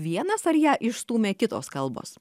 vienas ar ją išstūmė kitos kalbos